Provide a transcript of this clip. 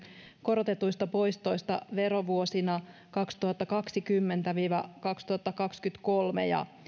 korotetuista poistoista verovuosina kaksituhattakaksikymmentä viiva kaksituhattakaksikymmentäkolme ja